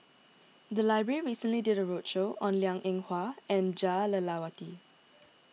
the library recently did a roadshow on Liang Eng Hwa and Jah Lelawati